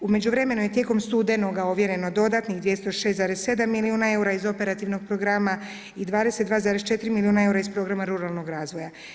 U međuvremenu je tijekom studenoga ovjereno dodatnih 206,7 milijuna eura iz operativnog programa i 22,4 milijuna eura iz programa ruralnog razvoja.